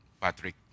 Patrick